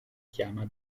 chiama